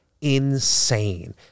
insane